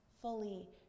fully